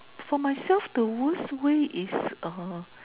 for myself the worst way is